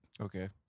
Okay